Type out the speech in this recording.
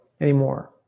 anymore